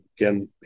again